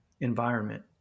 environment